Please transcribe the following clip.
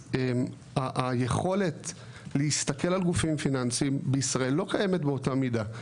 אז היכולת להסתכל על גופים פיננסים בישראל לא קיימת באותה מידה,